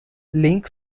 link